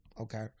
okay